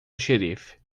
xerife